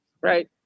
right